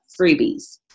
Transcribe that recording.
freebies